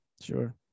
Sure